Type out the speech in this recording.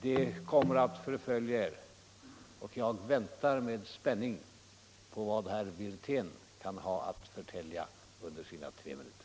Den frågan kommer att förfölja er, och jag väntar med spänning på vad herr Wirtén kan ha att förtälja under sina tre minuter.